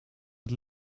het